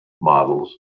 models